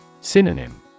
Synonym